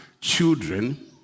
children